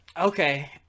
Okay